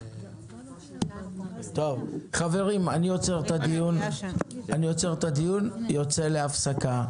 טוב, חברים, אני עוצר את הדיון ויוצא להפסקה.